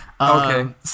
Okay